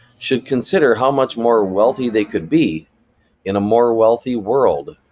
should consider how much more wealthy they could be in a more wealthy world,